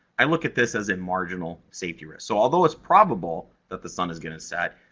i look at this as a marginal safety risk. so, although it's probable that the sun is going to set,